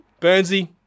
Burnsy